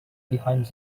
behind